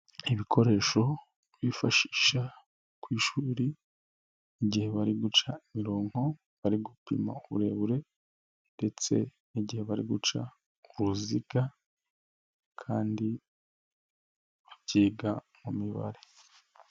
Ibikoresho bifashisha ku ishuri igihe bari guca imirongo, bari gupima uburebure ndetse n'igihe bari guca uruziga kandi bakiga mu mibare.